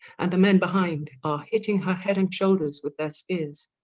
and the men behind are hitting her head and shoulders with their spears.